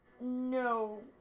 No